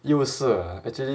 又是啊 actually